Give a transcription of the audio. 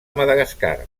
madagascar